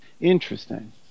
Interesting